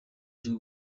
cyo